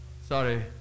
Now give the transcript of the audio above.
Sorry